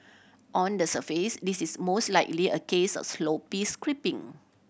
on the surface this is most likely a case of sloppy scripting